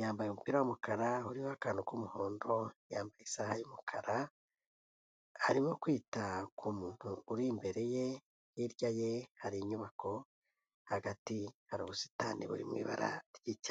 yambaye umupira wumukara uriho akantu k'umuhondo, yambaye isaha' yumukara, arimo kwita ku muntu uri imbere ye, hirya ye hari inyubako, hagati hari ubusitani buri mu ibara ry'icya.